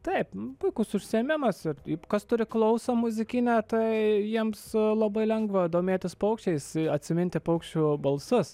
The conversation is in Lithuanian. taip puikus užsiėmimas ir kas turi klausą muzikinę tai jiems labai lengva domėtis paukščiais atsiminti paukščių balsus